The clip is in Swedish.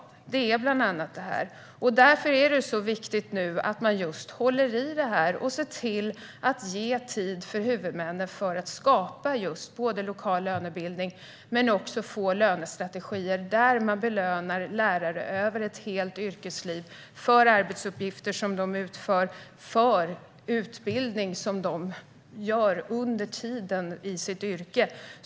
Det beror bland annat på just detta. Därför är det viktigt att man nu håller i detta och ser till att ge huvudmännen tid att skapa lokal lönebildning och att få lönestrategier där man belönar lärare över ett helt yrkesliv för arbetsuppgifter som de utför och för utbildning som de genomgår under tiden i sitt yrke.